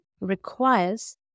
requires